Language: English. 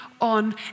on